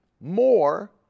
more